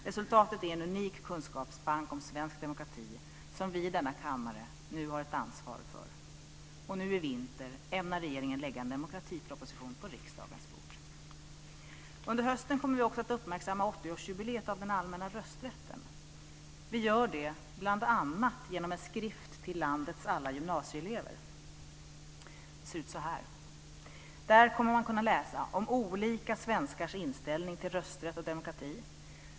Resultatet är en unik kunskapsbank om svensk demokrati som vi i denna kammare nu har ett ansvar för. Nu i vinter ämnar regeringen lägga en demokratiproposition på riksdagens bord. Under hösten kommer vi också att uppmärksamma 80-årsjubileet av den allmänna rösträtten. Vi gör det bl.a. genom en skrift till landets alla gymnasieelever. Den ser ut så här. Där kommer man att kunna läsa om olika svenskars inställning till rösträtt och demokrati.